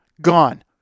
Gone